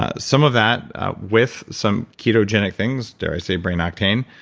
ah some of that out with some ketogenic things, dare i say brain octane,